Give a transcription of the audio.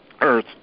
earth